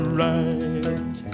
right